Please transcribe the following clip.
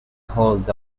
holds